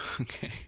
Okay